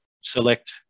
select